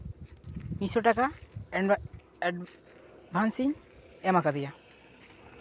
ᱢᱤᱫ ᱥᱚ ᱴᱟᱠᱟ ᱮᱰᱵᱷᱟᱱᱥᱤᱧ ᱮᱢ ᱟᱠᱟᱫᱮᱭᱟ